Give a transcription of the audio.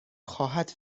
خواهد